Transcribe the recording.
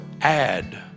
add